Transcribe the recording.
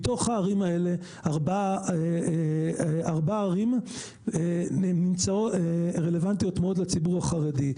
מתוך הערים האלה ארבע ערים רלוונטיות מאוד לציבור החרדי.